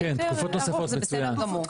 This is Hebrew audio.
זה בסדר גמור.